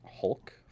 Hulk